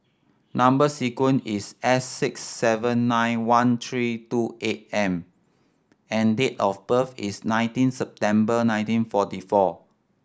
number sequence is S six seven nine one three two eight M and date of birth is nineteen September nineteen forty four